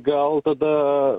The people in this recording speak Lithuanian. gal tada